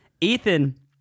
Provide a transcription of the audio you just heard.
Ethan